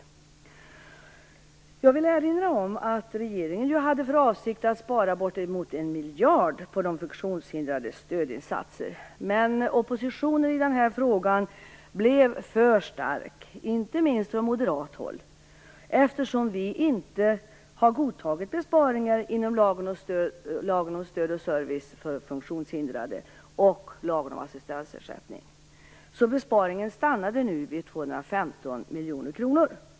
Jag vill erinra om att regeringen ju hade för avsikt att spara bortemot 1 miljard kronor på de funktionshindrades stödinsatser, men oppositionen i den här frågan blev för stark, inte minst från moderat håll. Vi har inte godtagit besparingar inom Lagen om stöd och service för funktionshindrade och Lagen om assistansersättning. Besparingen stannade därför vid 215 miljoner kronor.